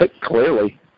Clearly